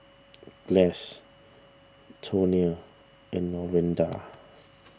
Glynis Tonia and Lorinda